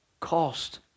Cost